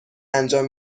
انجام